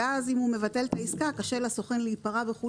אם הוא מבטל את העסקה קשה לסוכן להיפרע.